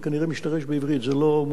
זה לא מונח נכון.